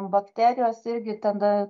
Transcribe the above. bakterijos irgi tada